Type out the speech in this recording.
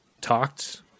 talked